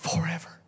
forever